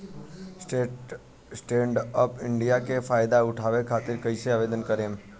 Stand up India के फाइदा उठाओ खातिर कईसे आवेदन करेम?